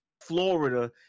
Florida